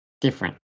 different